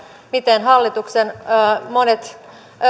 miten hallituksen monet